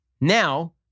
Now